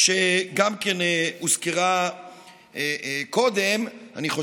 כשאתה בא ואומר: אני אתן רק לאלה שנפגעו פחות ולא אתן לאלה שנפגעו יותר,